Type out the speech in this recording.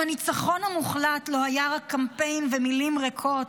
אם הניצחון המוחלט לא היה רק קמפיין ומילים ריקות,